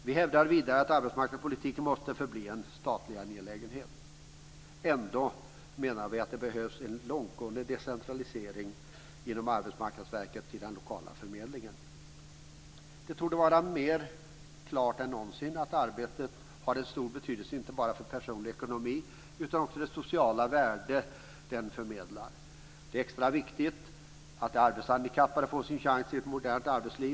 Vi hävdar vidare att arbetsmarknadspolitiken måste förbli en statlig angelägenhet. Ändå menar vi att det behövs en långtgående decentralisering inom Arbetsmarknadsverket till den lokala förmedlingen. Det torde vara mer klart än någonsin att arbetet har en stor betydelse inte bara för personlig ekonomi utan också för det sociala värde det förmedlar. Det är extra viktigt att de arbetshandikappade får sin chans i ett modernt arbetsliv.